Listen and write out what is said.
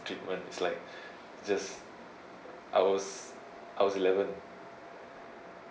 treatment it's like it's just I was I was eleven